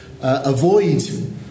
avoid